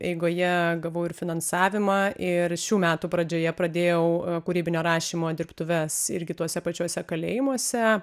eigoje gavau ir finansavimą ir šių metų pradžioje pradėjau kūrybinio rašymo dirbtuves irgi tuose pačiuose kalėjimuose